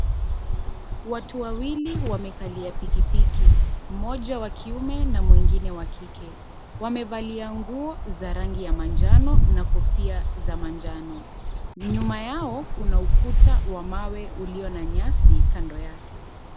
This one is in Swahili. Watu wawili wamekalia pikipiki. Mmoja wa kiume na mwingine wa kike. Wamevalia nguo za rangi ya manjano na kofia za manjano. Nyuma yao kuna kuna ukuta wa mawe ulio na nyasi kando yake.